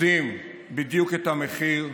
יודעים בדיוק את המחיר.